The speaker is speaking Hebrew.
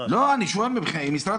אני שואל, היא משרד המשפטים.